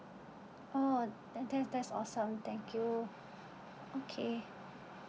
oh that that's that's awesome thank you okay